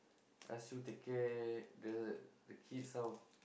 ask you take care the the kids how